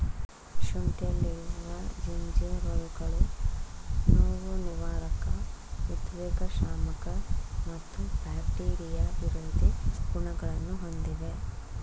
ಶುಂಠಿಯಲ್ಲಿರುವ ಜಿಂಜೆರೋಲ್ಗಳು ನೋವುನಿವಾರಕ ಉದ್ವೇಗಶಾಮಕ ಮತ್ತು ಬ್ಯಾಕ್ಟೀರಿಯಾ ವಿರೋಧಿ ಗುಣಗಳನ್ನು ಹೊಂದಿವೆ